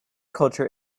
culture